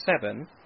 seven